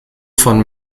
von